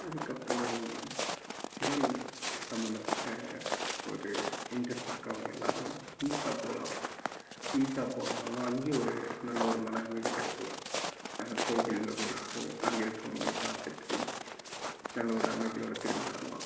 அதுக்கு அப்புறம் சிவன் சம்பந்தப்பட்ட ஒரு இன்ட்ரஸ்ட் இருக்கவங்க எல்லாேரும் ஈஷா போகலாம் ஈஷா போகலாம் நல்லா அங்கேயும் ஒரு நல்ல ஒரு மன அமைதி கிடைக்கும் கோவிலும் இருக்கும் அங்கே இருக்கிறவங்களையும் பார்த்துட்டு நல்ல ஒரு அமைதியோடு திரும்பி வரலாம்